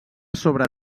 sobre